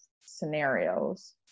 scenarios